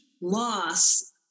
loss